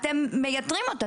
אתם מייתרים אותה,